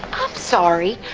sorry.